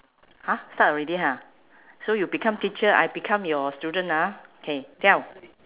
!huh! start already ha so you become teacher I become your student ah K tell